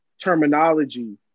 terminology